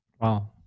Wow